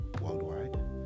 Worldwide